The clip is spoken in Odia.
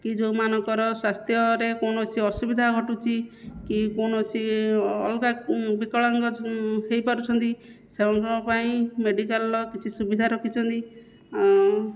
କି ଯେଉଁମାନଙ୍କର ସ୍ୱାସ୍ଥ୍ୟରେ କୌଣସି ଅସୁବିଧା ଘଟୁଛି କି କୌଣସି ଅଲଗା ବିକଳାଙ୍ଗ ହୋଇପାରୁଛନ୍ତି ସେମାନଙ୍କ ପାଇଁ ମେଡ଼ିକାଲର କିଛି ସୁବିଧା ରଖିଛନ୍ତି ଆଉ